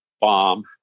Bomb